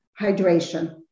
hydration